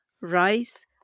rice